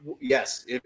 Yes